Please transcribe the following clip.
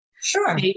Sure